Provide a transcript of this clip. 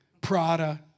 Prada